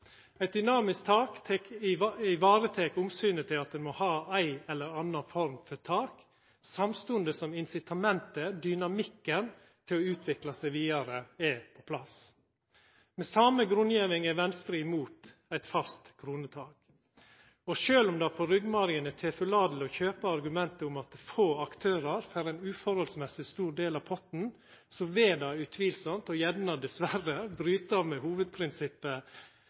Eit dynamisk tak sikrar omsynet til at me må ha ei eller anna form for tak, samstundes som incitamentet, dynamikken til å utvikla seg vidare er på plass. Med same grunngjeving er Venstre imot eit fast kronetak, og sjølv om det på ryggmergen er tilforlateleg å kjøpa argumentet om at få aktørar får ein uforholdsmessig stor del av potten, vil det utvilsamt – og gjerne dessverre – bryta med